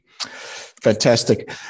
Fantastic